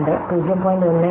2 0